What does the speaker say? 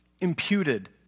Imputed